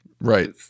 Right